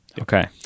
Okay